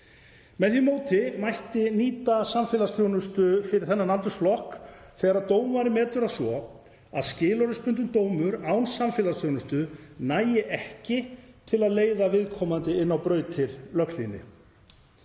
Með því móti mætti nýta samfélagsþjónustu fyrir þennan aldursflokk þegar dómari metur það svo að skilorðsbundinn dómur án samfélagsþjónustu nægi ekki til að leiða viðkomandi inn á brautir löghlýðni.